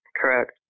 Correct